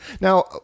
Now